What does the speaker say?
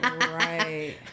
Right